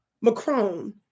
Macron